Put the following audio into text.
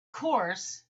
course